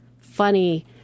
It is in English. funny